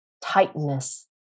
tightness